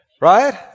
right